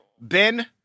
Ben